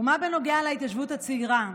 ומה בנוגע להתיישבות הצעירה?